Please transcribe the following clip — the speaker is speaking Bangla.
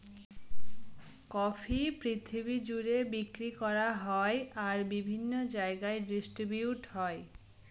কফি পৃথিবী জুড়ে বিক্রি করা হয় আর বিভিন্ন জায়গায় ডিস্ট্রিবিউট হয়